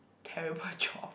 terrible job